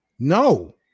No